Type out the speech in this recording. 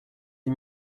des